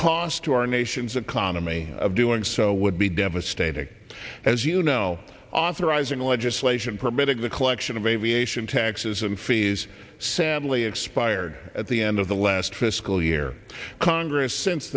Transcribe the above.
cost to our nation's economy of doing so would be devastating as you know authorizing legislation permitting the collection of aviation taxes and fees sadly expired at the end of the last fiscal year congress since